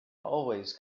always